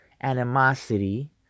animosity